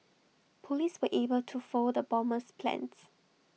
Police were able to foil the bomber's plans